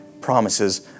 promises